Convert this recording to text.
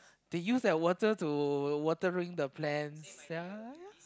they use that water to watering the plants ya